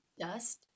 dust